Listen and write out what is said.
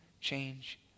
change